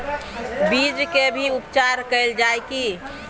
बीज के भी उपचार कैल जाय की?